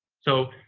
so,